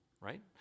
Right